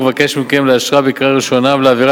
ומבקש מכם לאשרה בקריאה ראשונה ולהעבירה